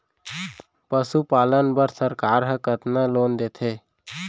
पशुपालन बर सरकार ह कतना लोन देथे?